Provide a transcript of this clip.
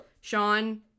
Sean